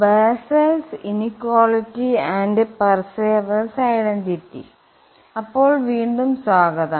Bessel's inequality and Parseval's identity അപ്പോൾവീണ്ടും സ്വാഗതം